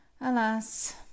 alas